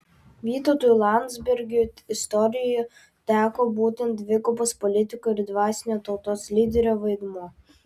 vytautui landsbergiui istorijoje teko būtent dvigubas politiko ir dvasinio tautos lyderio vaidmuo